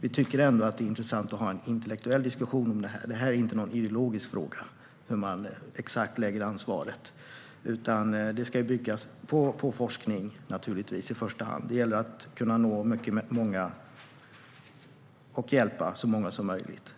vi tycker att det är intressant att ha en intellektuell diskussion om detta. Det är inte någon ideologisk fråga exakt hur man ska lägga ansvaret, utan det ska naturligtvis i första hand byggas på forskning. Det gäller att kunna nå och hjälpa så många som möjligt.